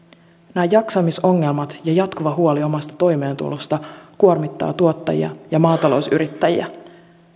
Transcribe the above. nämä jaksamisongelmat ja jatkuva huoli omasta toimeentulosta kuormittavat tuottajia ja maatalousyrittäjiä